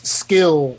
skill